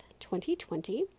2020